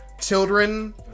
children